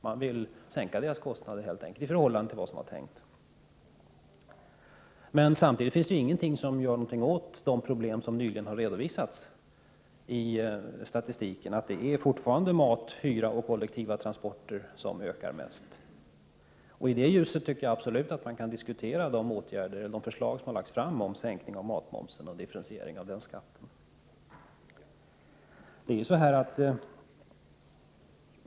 Man vill helt enkelt sänka deras kostnader i förhållande till vad som är tänkt. Men samtidigt görs ingenting för Prot. 1987/88:47 att åtgärda de problem som nyligen har redovisats i statistiken. Det är 17 december 1987 fortfarande mat, hyra och kollektiva transporter som ökar mest. I det ljuset Am fr oo oc tyckerjag absolut att man kan diskutera de framlagda förslagen om sänkning och differentiering av matmomsen.